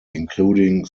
including